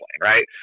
right